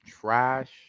trash